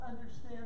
understand